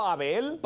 Abel